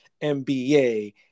MBA